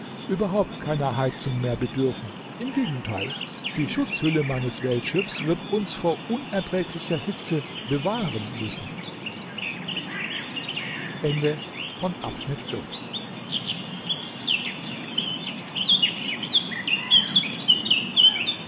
überhaupt keiner heizung mehr bedürfen im gegenteil die schutzhülle meines weltschiffs wird uns vor unerträglicher hitze bewahren müssen